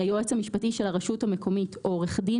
היועץ המשפטי של הרשות המקומית או עורך דין